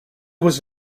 was